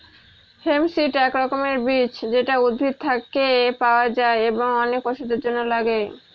hemp seed এক রকমের বীজ যেটা উদ্ভিদ থেকে পাওয়া যায় এবং অনেক ওষুধের জন্য লাগে